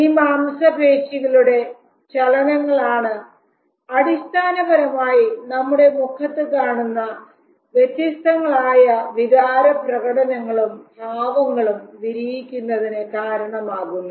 ഈ മാംസപേശികളുടെ ചലനങ്ങളാണ് അടിസ്ഥാനപരമായി നമ്മുടെ മുഖത്ത് കാണുന്ന വ്യത്യസ്തങ്ങളായ വികാരപ്രകടനങ്ങളും ഭാവങ്ങളും വിരിയിക്കുന്നതിന് കാരണമാകുന്നത്